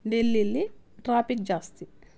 ಡೆಲ್ಲಿಯಲ್ಲಿ traffic ಜಾಸ್ತಿ